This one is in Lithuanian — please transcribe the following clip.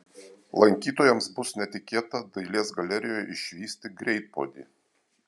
lankytojams bus netikėta dailės galerijoje išvysti greitpuodį